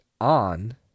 on